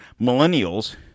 millennials